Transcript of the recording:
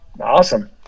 awesome